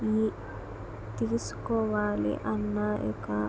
తీసుకోవాలి అన్నా ఇక